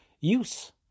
use